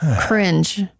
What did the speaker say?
cringe